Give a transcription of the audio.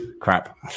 crap